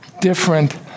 different